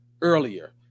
earlier